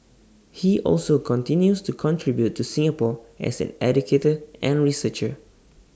he also continues to contribute to Singapore as an educator and researcher